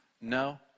No